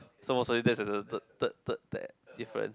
so most probably that's the third third difference